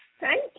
Thank